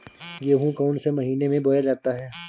गेहूँ कौन से महीने में बोया जाता है?